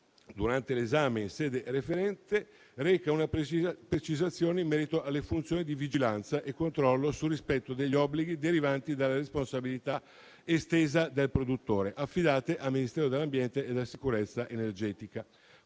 durante l'esame in sede referente, reca una precisazione in merito alle funzioni di vigilanza e controllo sul rispetto degli obblighi derivanti dalla responsabilità estesa del produttore, affidate al Ministero dell'ambiente e della sicurezza energetica